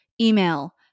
email